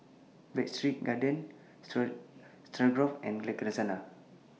Breadsticks Garden Stroganoff and Lasagna